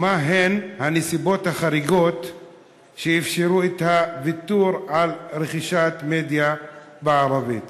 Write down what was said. מהן הנסיבות החריגות שאפשרו את הוויתור על רכישת מדיה בערבית?